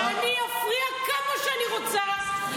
אני אפריע כמה שאני רוצה,